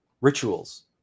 rituals